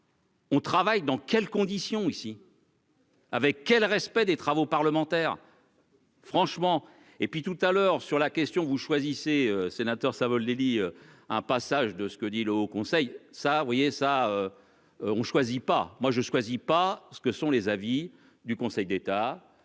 On travaille dans quelles conditions ici. Avec quel respect des travaux parlementaires. Franchement et puis tout à l'heure sur la question, vous choisissez sénateur Savoldelli un passage de ce que dit le Haut Conseil ça vous voyez ça. On choisit pas moi je choisis pas ce que sont les avis du Conseil d'État